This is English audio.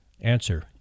answer